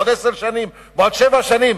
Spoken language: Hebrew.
בעוד שבע שנים,